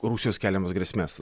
rusijos keliamas grėsmes